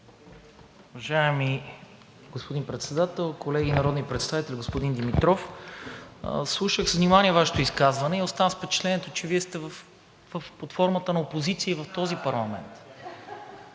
Уважаеми господин Председател, колеги народни представители! Господин Димитров, слушах с внимание Вашето изказване и останах с впечатлението, че Вие сте под формата на опозиция и в този парламент.